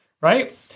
right